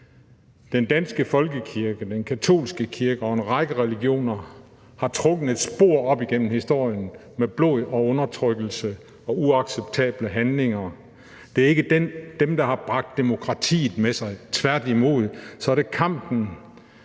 Den danske folkekirke, den katolske kirke og en række andre religioner har trukket et spor op igennem historien af blod og undertrykkelse og uacceptable handlinger. Det er ikke dem, der har bragt demokratiet med sig. Tværtimod er det kampen